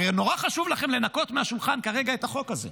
הרי נורא חשוב לכם לנקות מהשולחן כרגע את החוק הזה.